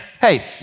Hey